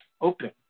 open